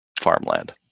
Farmland